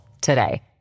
today